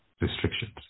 restrictions